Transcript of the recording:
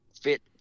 fit